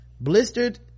blistered